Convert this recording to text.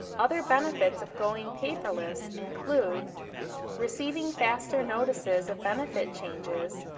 other benefits of going paperless include receiving faster notices of benefit changes,